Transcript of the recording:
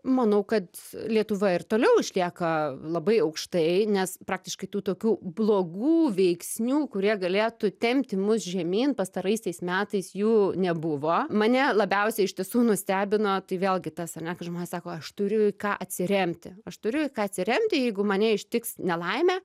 manau kad lietuva ir toliau išlieka labai aukštai nes praktiškai tų tokių blogų veiksnių kurie galėtų tempti mus žemyn pastaraisiais metais jų nebuvo mane labiausiai iš tiesų nustebino tai vėlgi tas ar ne kad žmonės sako aš turiu į ką atsiremti aš turiu į ką atsiremti jeigu mane ištiks nelaimė